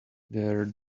their